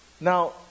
Now